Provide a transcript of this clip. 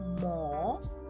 more